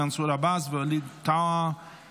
מנסור עבאס ווליד טאהא.